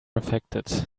affected